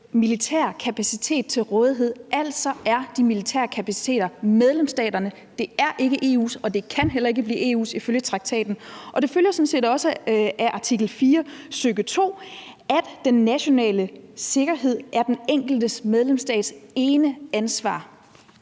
militær kapacitet til rådighed. Altså er de militære kapaciteter, medlemsstaterne, ikke EU's, og det kan heller ikke blive EU's ifølge traktaten. Det følger sådan set også af artikel 4, stk. 2, at den nationale sikkerhed er den enkelte medlemsstats eneansvar.